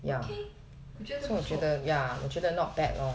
okay 我觉得不错